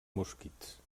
mosquits